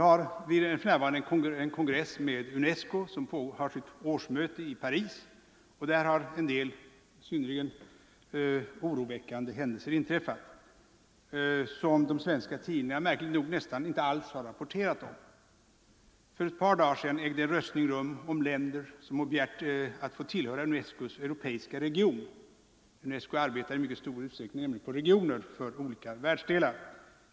För närvarande pågår UNESCO:s årsmöte i Paris, och där har en del synnerligen oroväckande händelser inträffat om vilka de svenska tidningarna märkligt nog nästan inte alls rapporterat. För ett par dagar sedan ägde röstning rum om länder som hade begärt att få tillhöra UNESCO:s europeiska region. UNESCO arbetar nämligen i mycket stor utsträckning på regioner för olika världsdelar.